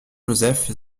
joseph